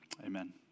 Amen